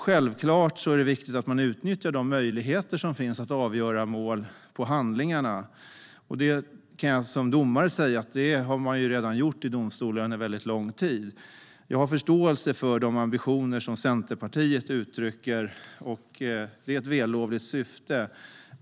Självklart är det viktigt att man utnyttjar de möjligheter som finns att avgöra mål på handlingarna. Som domare kan jag säga att man redan har gjort det i domstolarna under lång tid. Jag har förståelse för de ambitioner som Centerpartiet uttrycker. Det är ett vällovligt syfte.